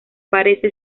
parece